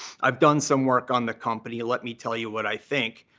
i've done some work on the company. let me tell you what i think.